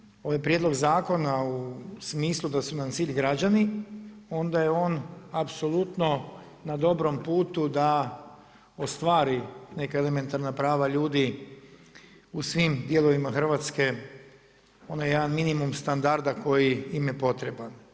Ako gledamo ovaj prijedlog zakona u smislu da su nam cilj građani onda je on apsolutno na dobrom putu da ostvari neka elementarna prava ljudi u svim dijelovima Hrvatske, onaj jedan minimum standarda koji im je potreban.